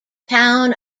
town